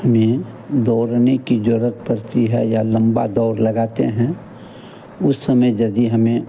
हमें दौड़ने की ज़रूरत पड़ती है या लम्बा दौड़ लगाते हैं उस समय यदि हमें